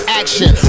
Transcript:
action